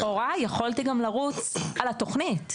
לכאורה, יכולתי גם לרוץ על התוכנית.